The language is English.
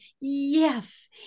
yes